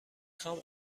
خوام